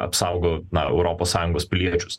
apsaugo na europos sąjungos piliečius